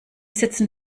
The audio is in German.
sitzen